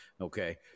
Okay